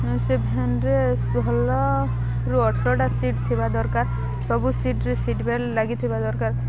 ସେ ଭ୍ୟାନ୍ରେ ଭଲ ରୁ ଅଠରଟା ସିଟ୍ ଥିବା ଦରକାର ସବୁ ସିଟ୍ରେ ସିଟ୍ ବେଲ୍ଟ ଲାଗିଥିବା ଦରକାର